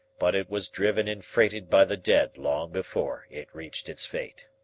but it was driven and freighted by the dead long before it reached its fate.